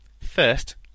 First